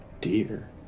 dear